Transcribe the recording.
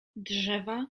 drzewa